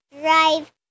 drive